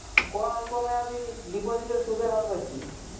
কোন অল্প মেয়াদি ডিপোজিটের সুদের হার বেশি?